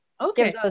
Okay